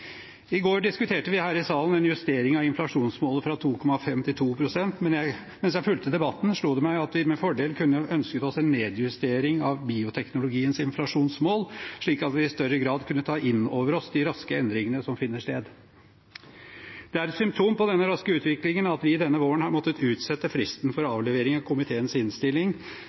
I går diskuterte vi her i salen en justering av inflasjonsmålet fra 2,5 til 2 pst., men mens jeg fulgte debatten, slo det meg at vi med fordel kunne ønsket oss en nedjustering av bioteknologiens inflasjonsmål, slik at vi i større grad kunne ta inn over oss de raske endringene som finner sted. Det er et symptom på denne raske utviklingen at vi denne våren har måttet utsette fristen for avlevering av komiteens innstilling